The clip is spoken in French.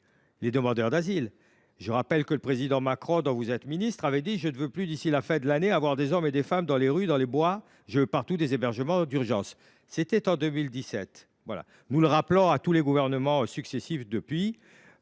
les demandeurs d’asile ? Je rappelle que le président Macron, dont vous êtes ministre, avait dit :« Je ne veux plus d’ici la fin de l’année avoir des hommes et des femmes dans les rues, dans les bois. Je veux partout des hébergements d’urgence. » C’était en 2017 et nous le rappelons à tous les gouvernements qui se